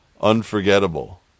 Unforgettable